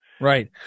Right